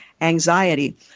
anxiety